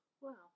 wow